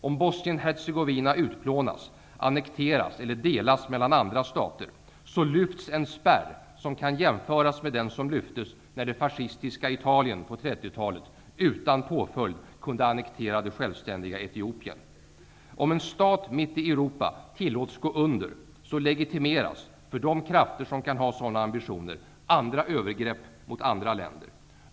Om Bosnien Hercegovina utplånas, annekteras eller delas mellan andra stater, då lyfts en spärr som kan jämföras med den som lyftes när det fascistiska Italien på 30-talet utan påföljd kunde annektera det självständiga Etiopien. Om en stat mitt i Europa tillåts att gå under, legitimeras -- för de krafter som kan ha sådana ambitioner -- andra övergrepp mot andra länder.